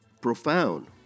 profound